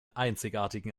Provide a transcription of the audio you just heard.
einzigartigen